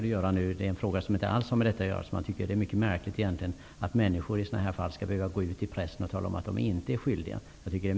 Det har inte alls med detta att göra, men jag tycker att det är mycket märkligt att människor i sådana här fall skall behöva gå ut i pressen och tala om att de inte är skyldiga.